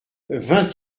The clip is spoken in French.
vingt